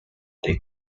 they